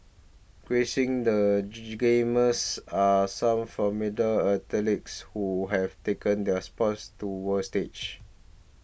gracing the gee Gamers are some from middle athletes who have taken their sport to the world stage